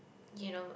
you know